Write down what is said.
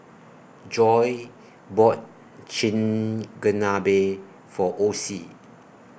Joi bought Chigenabe For Osie